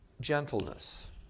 gentleness